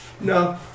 No